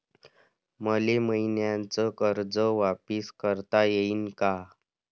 मले मईन्याचं कर्ज वापिस करता येईन का?